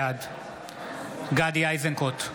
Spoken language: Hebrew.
בעד גדי איזנקוט,